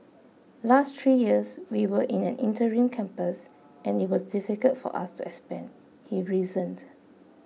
last three years we were in an interim campus and it was difficult for us to expand he reasoned